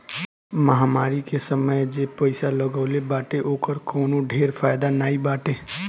महामारी के समय जे पईसा लगवले बाटे ओकर कवनो ढेर फायदा नाइ बाटे